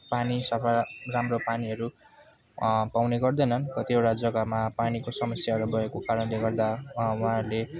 पानी सफा राम्रो पानीहरू पाउने गर्दैनन् कतिवटा जग्गामा पानीको समस्याहरू भएको कारणले गर्दा उहाँहरूले